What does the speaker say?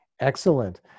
Excellent